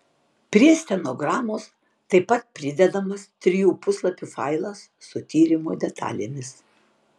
prie stenogramos taip pat pridedamas trijų puslapių failas su tyrimo detalėmis